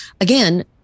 again